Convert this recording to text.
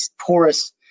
porous